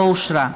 לא נתקבלה.